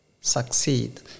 succeed